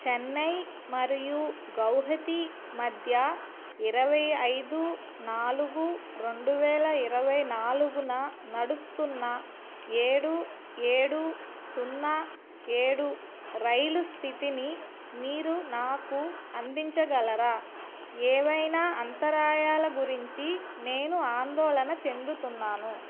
చెన్నై మరియు గౌహతి మధ్య ఇరవై ఐదు నాలుగు రెండు వేల ఇరవై నాలుగున నడుస్తున్న ఏడు ఏడు సున్న ఏడు రైలు స్థితిని మీరు నాకు అందించగలరా ఏవైనా అంతరాయాల గురించి నేను ఆందోళన చెందుతున్నాను